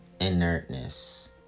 inertness